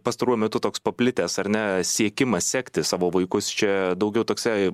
pastaruoju metu toks paplitęs ar ne siekimas sekti savo vaikus čia daugiau toksai